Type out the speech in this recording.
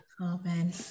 amen